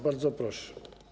Bardzo proszę.